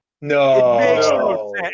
No